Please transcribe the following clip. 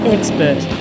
Expert